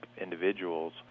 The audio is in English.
individuals